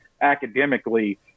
academically –